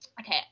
Okay